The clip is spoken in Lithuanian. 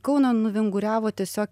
kauną nuvinguriavo tiesiog